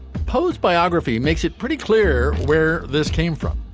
poe's biography makes it pretty clear where this came from.